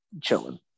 chilling